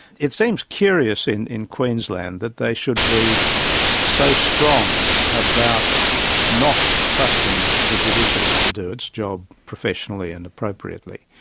it seems curious in in queensland that they should be so strong about not trusting the judiciary to do its job professionally and appropriately,